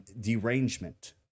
derangement